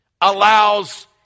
allows